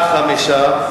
חמישה בעד,